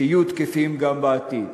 שיהיו תקפים גם בעתיד.